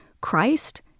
Christ